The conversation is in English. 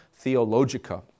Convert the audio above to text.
Theologica